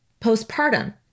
postpartum